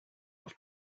auf